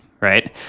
right